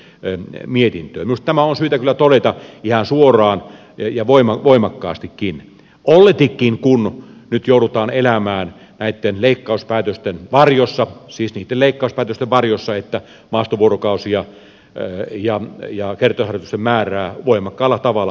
minusta tämä on syytä kyllä todeta ihan suoraan ja voimakkaastikin olletikin kun nyt joudutaan elämään näitten leikkauspäätösten varjossa siis niitten leikkauspäätösten varjossa että maastovuorokausia ja kertausharjoitusten määrää voimakkaalla tavalla vähennetään